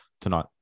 tonight